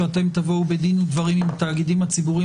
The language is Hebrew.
שאתם תבואו בדין ודברים עם התאגידים הציבוריים